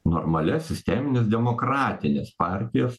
normalias sistemines demokratines partijos